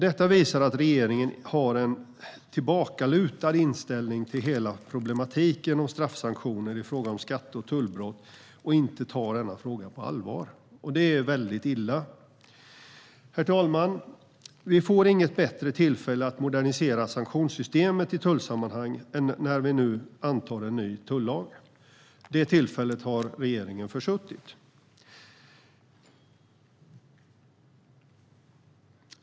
Detta visar att regeringen har en tillbakalutad inställning till hela problematiken om straffsanktioner i fråga om skatte och tullbrott och inte tar denna fråga på allvar. Det är mycket illa. Herr talman! Vi får inget bättre tillfälle att modernisera sanktionssystemet i tullsammanhang än när vi nu antar en ny tullag. Detta tillfälle har regeringen försuttit.